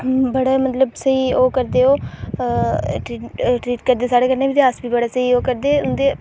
बड़ा मतलब स्हेईं ओह् करदे ओह् आ उत्थै इत्थै करदे साढ़े कन्नै बी अस बड़ा स्हेईं ओह् करदे